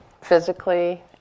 Physically